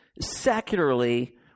secularly